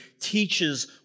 teaches